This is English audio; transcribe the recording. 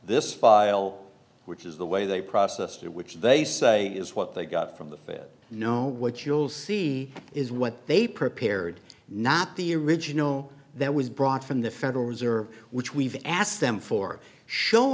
this file which is the way they processed it which they say is what they got from the you know what you'll see is what they prepared not the original that was brought from the federal reserve which we've asked them for show